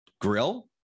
grill